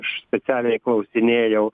aš specialiai klausinėjau